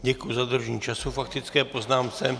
Děkuji za dodržení času k faktické poznámce.